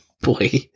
Boy